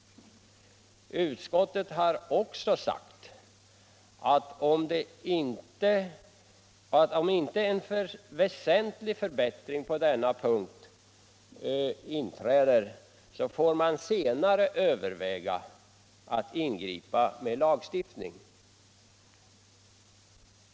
Utskottet har också sagt att om det inte blir en väsentlig förbättring, så får man senare överväga att ingripa med lagstiftning.